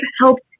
helped